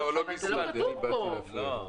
זה לא כותב פה.